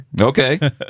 okay